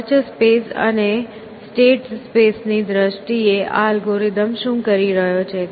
search space અને state space ની દ્રષ્ટિએ આ અલ્ગોરિધમ શું કરી રહ્યો છે